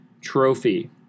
Trophy